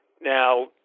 Now